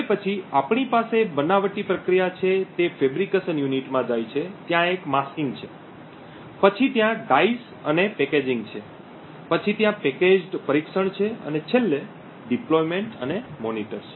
હવે પછી આપણી પાસે બનાવટી પ્રક્રિયા છે તે ફેબ્રિકેશન યુનિટમાં જાય છે ત્યાં એક માસ્કિંગ છે પછી ત્યાં ડાઇસ અને પેકેજિંગ છે પછી ત્યાં પેકેજડ પરીક્ષણ છે અને છેલ્લે ડિપ્લોયમેંટ અને મોનિટર છે